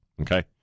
Okay